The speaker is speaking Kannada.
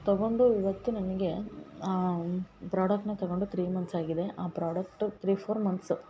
ತಗೊಂಡು ಇವತ್ತು ನನಗೆ ಪ್ರಾಡಕ್ಟ್ನ ತಗೊಂಡು ತ್ರೀ ಮಂತ್ಸ್ ಆಗಿದೆ ಆ ಪ್ರಾಡಕ್ಟು ತ್ರೀ ಫೋರ್ ಮಂತ್ಸ್